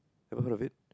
ever heard of it